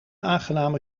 aangename